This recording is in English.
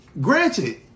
Granted